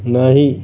नाही